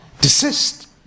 desist